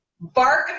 Bark